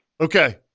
Okay